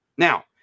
Now